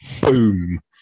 boom